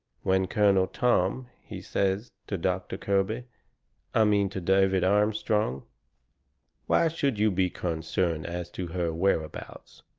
when colonel tom, he says to doctor kirby i mean to david armstrong why should you be concerned as to her whereabouts?